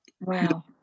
Wow